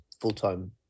full-time